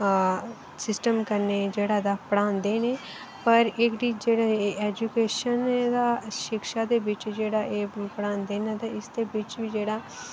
system कन्नै जेह्ड़ा तां पढ़ांदे नै पर एह्बी जेह्ड़ा एजुकेशन दा शिक्षा दे बिच्च जेह्ड़ा एह् पढ़ांदे न ते इसदे बिच बी जेह्ड़ा